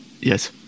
Yes